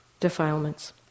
Defilements